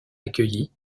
accueillie